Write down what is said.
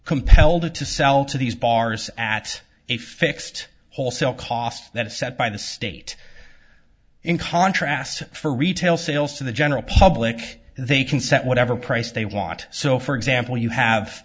compelled to sell to these bars at a fixed wholesale cost that is set by the state in contrast for retail sales to the general public they can set whatever price they want so for example you have